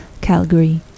Calgary